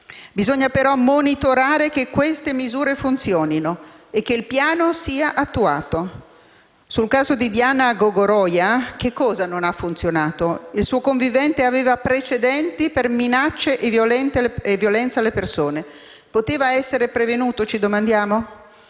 Bisogna però monitorare che queste misure funzionino e che il piano sia attuato. Sul caso di Diana Gogoroia, che cosa non ha funzionato? Il suo convivente aveva precedenti per minacce e violenza alle persone. Ci domandiamo,